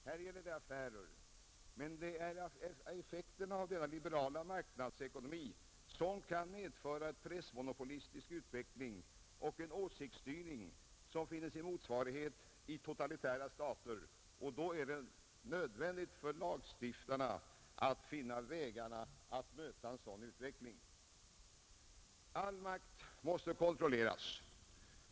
Här gäller det affärer. Men det är effekterna av denna liberala marknadsekonomi som kan medföra en pressmonopolistisk utveckling och en åsiktsstyrning som finner sin motsvarighet i totalitära stater, och då är det nödvändigt för lagstiftarna att finna vägarna att möta en sådan utveckling. All makt måste kontrolleras!